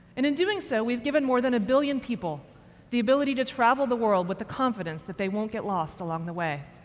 and, in doing so, we've given more than a billion people the ability to travel the world with the confidence that they won't get lost along the way.